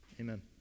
Amen